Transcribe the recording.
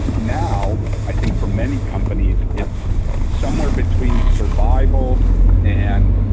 now, i think for many companies, it's somewhere between survival and,